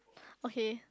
okay